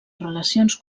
relacions